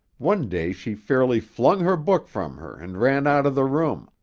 one day she fairly flung her book from her and ran out of the room,